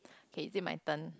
okay is it my turn